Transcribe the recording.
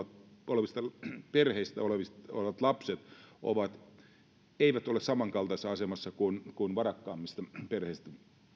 olevista perheistä tulevat lapset eivät ole samankaltaisessa asemassa kuin varakkaammista perheistä